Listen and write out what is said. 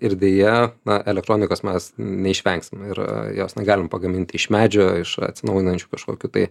ir deja na elektronikos mes neišvengsime ir jos negalime pagaminti iš medžio iš atsinaujinančių kažkokių tai